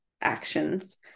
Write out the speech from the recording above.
actions